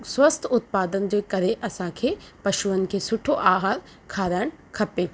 स्वस्थ उत्पादन जे करे असां खे पशुअनि खे सुठो आहार खाराइणु खपे